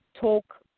talk